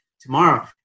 tomorrow